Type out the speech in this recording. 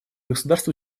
государств